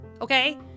Okay